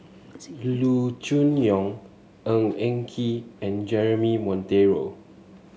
Loo Choon Yong Ng Eng Kee and Jeremy Monteiro